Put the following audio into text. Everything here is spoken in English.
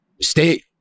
stay